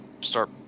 start